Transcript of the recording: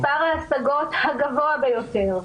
מספר ההשגות הגבוה ביותר.